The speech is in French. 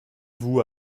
vous